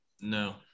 No